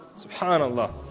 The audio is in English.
subhanallah